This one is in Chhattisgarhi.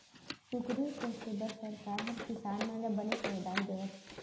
कुकरी पोसे बर सरकार हर किसान मन ल बनेच अनुदान देवत हे